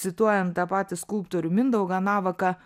cituojan tą patį skulptorių mindaugą navaką